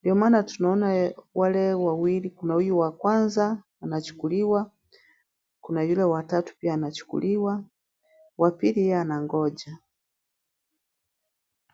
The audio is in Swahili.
ndio maana tunaona wale wawili kuna huyu wa kwanza anachukuliwa, kuna yule wa tatu pia anachukuliwa, wafiria anangoja.